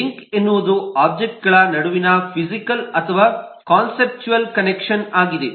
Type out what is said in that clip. link ಎನ್ನುವುದು ಒಬ್ಜೆಕ್ಟ್ಗಳ ನಡುವಿನ ಫಿಸಿಕಲ್ ಅಥವಾ ಕಾನ್ಸೆಪ್ಚುಯಲ್ ಕನೆಕ್ಷನ್ ಆಗಿದೆ